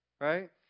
right